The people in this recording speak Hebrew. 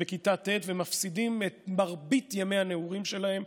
ובכיתה ט', ומפסידים את מרבית ימי הנעורים שלהם.